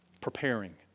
Preparing